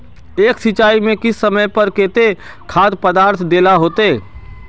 एक सिंचाई में किस समय पर केते खाद पदार्थ दे ला होते?